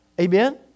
Amen